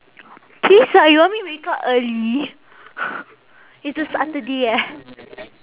please ah you want me wake up early it's a saturday eh